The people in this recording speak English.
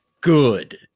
good